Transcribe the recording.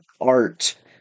art